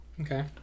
Okay